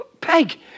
Peg